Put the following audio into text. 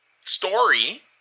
story